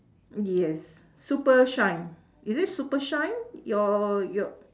yes super shine is it super shine your yo~